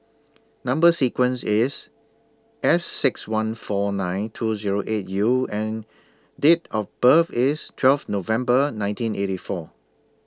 Number sequence IS S six one four nine two Zero eight U and Date of birth IS twelve November nineteen eighty four